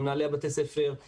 למנהלי בתי הספר,